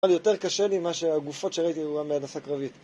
אבל יותר קשה לי מה שהגופות שראיתי היו מהנדסה קרבית